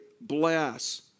bless